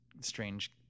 strange